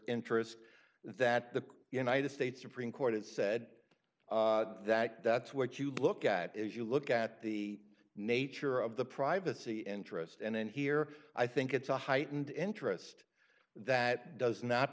interests that the united states supreme court has said that that's what you look at is you look at the nature of the privacy interest and then here i think it's a heightened interest that does not